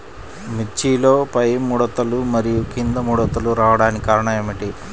మిర్చిలో పైముడతలు మరియు క్రింది ముడతలు రావడానికి కారణం ఏమిటి?